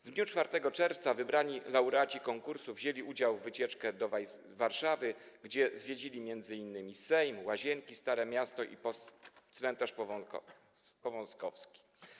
W dniu 4 czerwca wybrani laureaci konkursu wzięli udział w wycieczce do Warszawy, gdzie zwiedzili m.in. Sejm, Łazienki, Stare Miasto i Cmentarz Powązkowski.